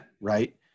right